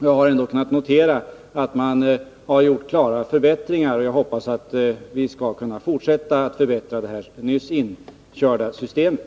Jag har ändå kunnat notera att man har gjort klara förbättringar, och jag hoppas att vi skall kunna fortsätta att förbättra det nyss inkörda systemet.